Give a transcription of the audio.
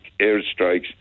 airstrikes